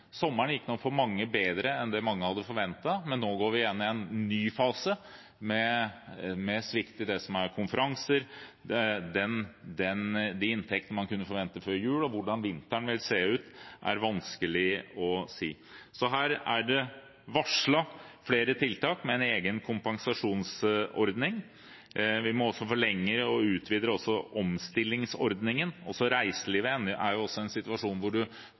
Sommeren gikk nok bedre enn det mange hadde forventet. Nå går vi inn i en ny fase med svikt i konferanser og de inntektene man kunne forvente før jul. Hvordan vinteren vil se ut, er vanskelig å si. Så her er det varslet flere tiltak med en egen kompensasjonsordning. Vi forlenger og utvider også omstillingsordningen. Reiselivet er i en situasjon hvor